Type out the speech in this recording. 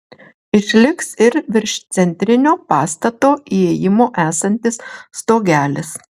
išliks ir virš centrinio pastato įėjimo esantis stogelis